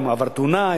האם עבר תאונה,